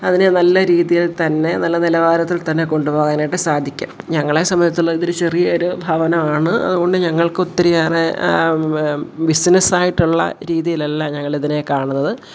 അതിനെ നല്ല രീതിയിൽ തന്നെ നല്ല നിലവാരത്തിൽ തന്നെ കൊണ്ടുപോകാനായിട്ട് സാധിക്കും ഞങ്ങളെ സംബന്ധിച്ചോളം ഇതൊരു ചെറിയൊരു ഭവനമാണ് അതുകൊണ്ട് ഞങ്ങൾക്കൊത്തിരിയേറെ ബിസിനെസ്സായിട്ടുള്ള രീതിയിലല്ല ഞങ്ങളിതിനെ കാണുന്നത്